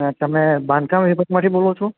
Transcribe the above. તમે બાંધકામ યુનિટમાંથી બોલો છો